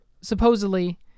supposedly